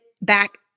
back